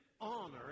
honor